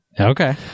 Okay